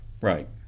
Right